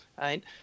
right